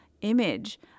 image